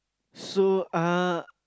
so uh